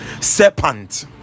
serpent